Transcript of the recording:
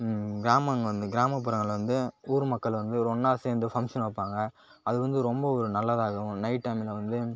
கிராமங் வந்து கிராமப்புறங்களில் வந்து ஊர் மக்கள் வந்து ஒன்னாக சேர்ந்து ஃபங்க்ஷன் வைப்பாங்க அது வந்து ரொம்ப ஒரு நல்லதாகவும் நைட் டைம்ங்கில் வந்து